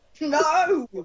no